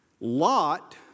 Lot